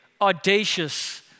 audacious